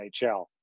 NHL